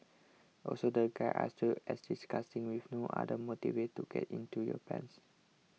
also the guys are still as disgusting with no other motives to get into your pants